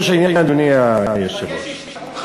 להעביר רשימה שמית שיפוטר נסים זאב?